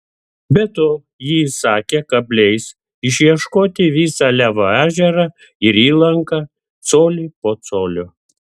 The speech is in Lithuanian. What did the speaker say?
be to ji įsakė kabliais išieškoti visą levo ežerą ir įlanką colį po colio